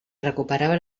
recuperava